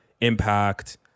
impact